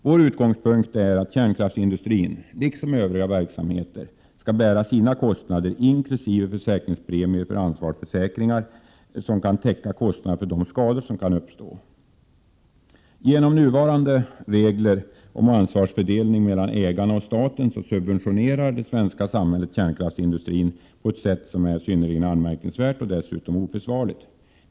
Vår utgångspunkt är att kärnkraftsindustrin — liksom övriga verksamheter — skall bära sina kostnader, inkl. försäkringspremier för ansvarsförsäkringar som kan täcka kostnader för de skador som kan uppstå. Genom nuvarande regler om ansvarsfördelning mellan ägaren och staten subventionerar det svenska samhället kärnkraftsindustrin på ett sätt som är synnerligen anmärkningsvärt och dessutom oförsvarligt.